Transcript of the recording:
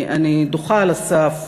אני דוחה על הסף,